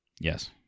yes